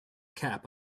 cap